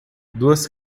duas